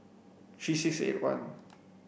three six eight one